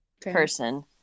person